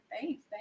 thanks